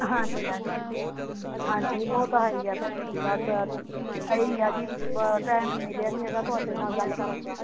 ਹਾਂਜੀ ਹਾਂਜੀ ਹਾਂਜੀ ਉਹ ਤਾਂ ਹੈ ਹੀ ਆ ਭੈਣ ਜੀ ਬਸ ਇਹੀ ਹੈ ਜੀ ਮ ਟਾਈਮ ਮਿਲਿਆ ਨਹੀਂ ਹੈਗਾ ਤੁਹਾਡੇ ਨਾਲ ਗੱਲ ਕਰਨ ਦਾ